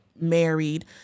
married